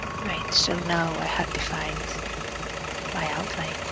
right, so now i have defined my outline